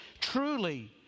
truly